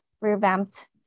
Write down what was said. revamped